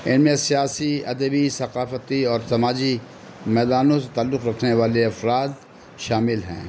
ان میں سیاسی ادبی ثقافتی اور سماجی میدانوں سے تعلق رکھنے والے افراد شامل ہیں